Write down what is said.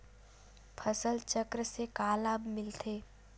फसल चक्र से का लाभ मिलथे?